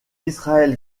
israël